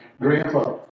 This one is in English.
grandpa